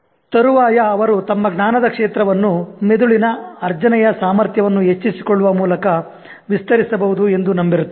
ತರುವಾಯ ಅವರು ತಮ್ಮ ಜ್ಞಾನದ ಕ್ಷೇತ್ರವನ್ನು ಮೆದುಳಿನ ಅರ್ಜನೆಯ ಸಾಮರ್ಥ್ಯವನ್ನೇ ಹೆಚ್ಚಿಸಿಕೊಳ್ಳುವ ಮೂಲಕ ವಿಸ್ತರಿಸಬಹುದು ಎಂದು ನಂಬಿರುತ್ತಾರೆ